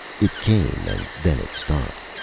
it came, and then it stopped.